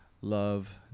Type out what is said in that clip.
love